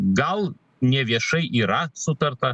gal neviešai yra sutarta